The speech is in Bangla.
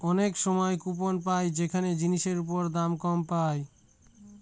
অনেক সময় কুপন পাই যেখানে জিনিসের ওপর দাম কম পায়